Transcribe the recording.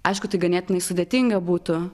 aišku tai ganėtinai sudėtinga būtų